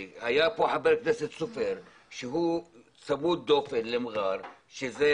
היה פה חבר כנסת סופר שגר סמוך מאוד למע'אר שזה